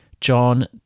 John